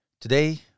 Today